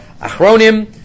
achronim